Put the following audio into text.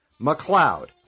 McLeod